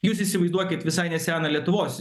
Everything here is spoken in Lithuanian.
jūs įsivaizduokit visai neseną lietuvos